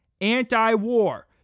anti-war